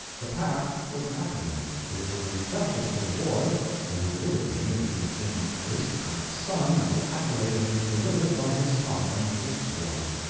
the pat was an accolade. it was as precious to the boy as it would have been if he had been an aristocrat's son and the accolade had been delivered by his sovereign with a sword.